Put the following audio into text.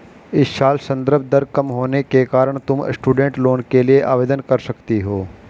इस साल संदर्भ दर कम होने के कारण तुम स्टूडेंट लोन के लिए आवेदन कर सकती हो